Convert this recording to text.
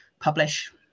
publish